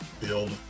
build